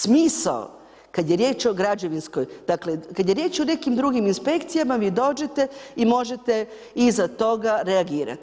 Smisao, kad je riječ o građevinskoj, dakle, kad je riječ o nekim drugim inspekcijama, vi dođete i možete iza toga reagirati.